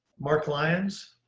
mark lyons